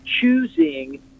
choosing